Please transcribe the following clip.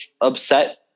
upset